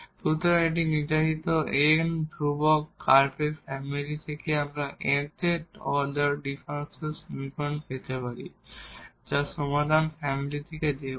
সুতরাং একটি নির্ধারিত n ধ্রুবক কার্ভের ফ্যামিলি থেকে আমরা nth অর্ডার ডিফারেনশিয়াল সমীকরণ পেতে পারি যার সমাধান ফ্যামিলি থেকে দেওয়া